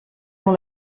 dans